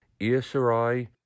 ESRI